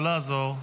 לא לעזור.